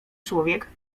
człowiek